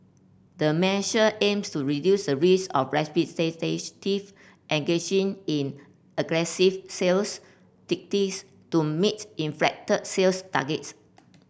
the measure aims to reduce the risk of engaging in aggressive sales tactics to meet inflated sales targets